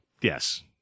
Yes